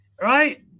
right